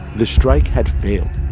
the strike had failed